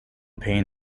paying